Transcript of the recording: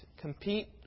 compete